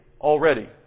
already